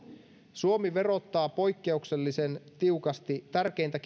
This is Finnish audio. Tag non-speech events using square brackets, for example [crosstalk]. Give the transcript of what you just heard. suomi verottaa poikkeuksellisen tiukasti tärkeintä [unintelligible]